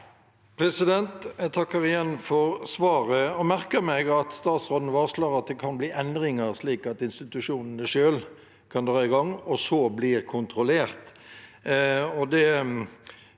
Jeg takker igjen for svaret og merker meg at statsråden varsler at det kan bli endringer, slik at institusjonene selv kan dra i gang, og så bli kontrollert,